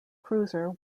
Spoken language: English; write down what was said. cruiser